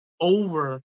over